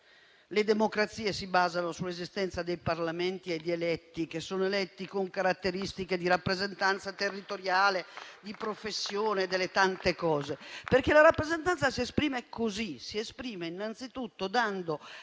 le democrazie si basano sull'esistenza dei Parlamenti e di eletti che sono eletti con caratteristiche di rappresentanza territoriale, di professione, delle tante cose. La rappresentanza si esprime così: si esprime innanzitutto dando